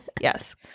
yes